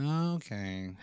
Okay